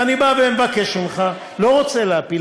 ואני בא ומבקש ממך לא רוצה להפיל,